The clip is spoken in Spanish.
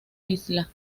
isla